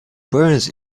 burns